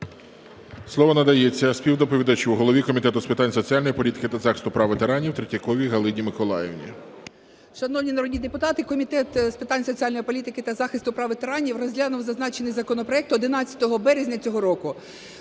Слово надається співдоповідачу, голові Комітету з питань соціальної політики та захисту прав ветеранів Третьяковій Галині Миколаївні. 14:42:31 ТРЕТЬЯКОВА Г.М. Шановні народні депутати! Комітет з питань соціальної політики та захисту прав ветеранів розглянув зазначений законопроект 11 березня цього року.